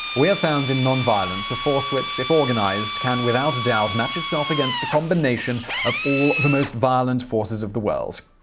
we have found in non-violence a force, which, if organized, can without doubt match itself against a combination of all the most violent forces of the world.